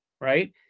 right